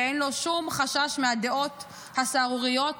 שאין לו שום חשש מהדעות הסהרוריות